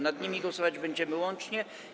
Nad nimi głosować będziemy łącznie.